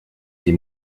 die